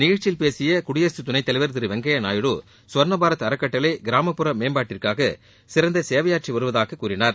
நிகழ்ச்சியில் பேசிய குடியரசு துணைத் தலைவர் திரு வெங்கையா நாயுடு ஸ்வர்ணபாரத் அறக்கட்டளை கிராமப்புற மேம்பாட்டுக்காக சிறந்த சேவையாற்றி வருவதாக கூறினார்